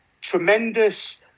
tremendous